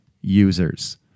users